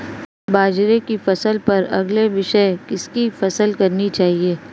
बाजरे की फसल पर अगले वर्ष किसकी फसल करनी चाहिए?